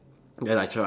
then I tried